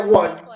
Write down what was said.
one